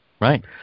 Right